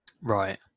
Right